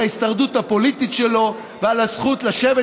על ההישרדות הפוליטית שלו ועל הזכות לשבת